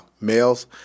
males